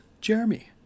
Jeremy